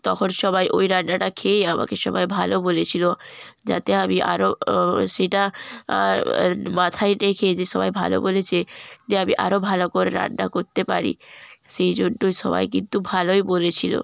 তখন সবাই ওই রান্নাটা খেয়ে আমাকে সবাই ভালো বলেছিল যাতে আমি আরো সেটা মাথায় রেখে যে সবাই ভালো বলেছে দিয়ে আমি আরো ভালো করে রান্না করতে পারি সেই জন্যই সবাই কিন্তু ভালোই বলেছিল